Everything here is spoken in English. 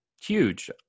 huge